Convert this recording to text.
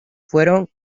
fueron